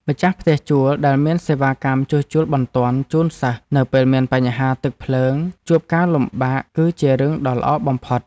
ម្ចាស់ផ្ទះជួលដែលមានសេវាកម្មជួសជុលបន្ទាន់ជូនសិស្សនៅពេលមានបញ្ហាទឹកភ្លើងជួបការលំបាកគឺជារឿងដ៏ល្អបំផុត។